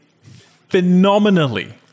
phenomenally